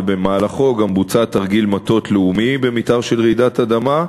ובמהלכו גם בוצע תרגיל מטות לאומיים במתאר של רעידת אדמה.